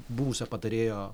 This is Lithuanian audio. buvusio patarėjo